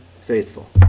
faithful